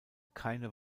keine